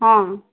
ହଁ